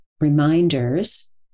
reminders